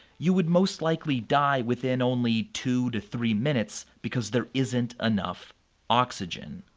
you would most likely die within only two two three minutes because there isn't enough oxygen.